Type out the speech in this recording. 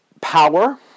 power